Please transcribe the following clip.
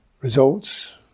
results